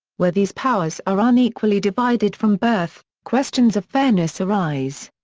where these powers are unequally divided from birth, questions of fairness arise.